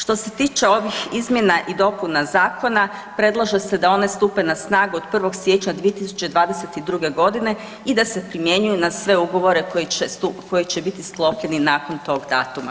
Što se tiče ovih Izmjena i dopuna zakona, predlaže se da one stupe na snagu od 1. siječnja 2022. g. i da se primjenjuje na sve ugovore koji će biti sklopljeni nakon tog datuma.